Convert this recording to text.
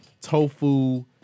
tofu